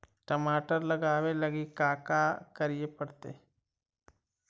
टमाटर लगावे लगी का का करये पड़तै?